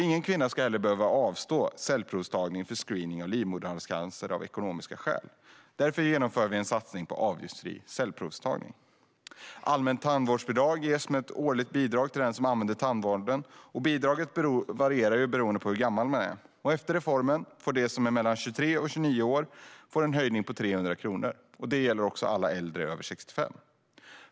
Ingen kvinna ska behöva avstå cellprovtagning för screening av livmoderhalscancer av ekonomiska skäl. Därför genomför vi en satsning på avgiftsfri cellprovtagning. Allmänt tandvårdsbidrag ges som ett årligt bidrag till den som anlitar tandvården, och bidraget varierar beroende på hur gammal man är. Efter reformen får de som är mellan 23 och 29 år en höjning på 300 kronor. Det gäller också alla äldre över 65.